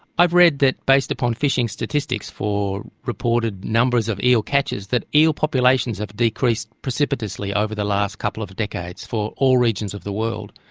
i've read that based upon fishing statistics for reported numbers of eel catches that eel populations have decreased precipitously over the last couple of decades for all regions of the world.